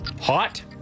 Hot